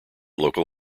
local